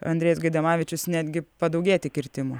andrėjus gaidamavičius netgi padaugėti kirtimų